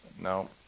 No